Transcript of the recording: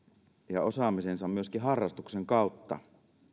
ja osaamisensa myöskin harrastuksen kautta